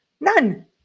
none